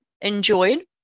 enjoyed